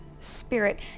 spirit